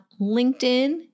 LinkedIn